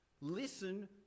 listen